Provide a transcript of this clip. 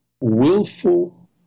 willful